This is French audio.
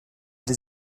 des